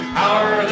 power